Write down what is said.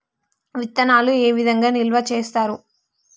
విత్తనాలు ఏ విధంగా నిల్వ చేస్తారు?